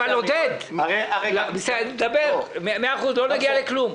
עודד, אם נדבר כך לא נגיע לכלום.